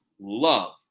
love